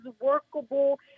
workable